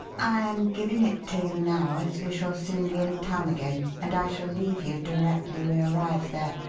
i am giving it to you now, as we shall soon be in town again and i shall leave you directly we arrive there.